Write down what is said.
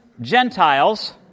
Gentiles